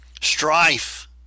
strife